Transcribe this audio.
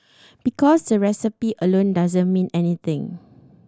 because the recipe alone doesn't mean anything